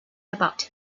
about